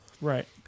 Right